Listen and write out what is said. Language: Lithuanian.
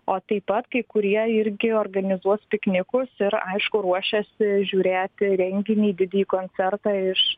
o taip pat kai kurie irgi organizuos piknikus ir aišku ruošiasi žiūrėti renginį didįjį koncertą iš